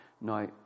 Now